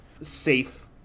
safe